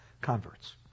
converts